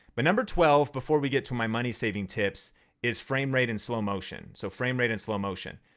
but number twelve before we get to my money saving tips is frame rate and slow motion. so frame rate and slow motion.